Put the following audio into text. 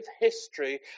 history